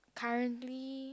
currently